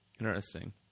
Interesting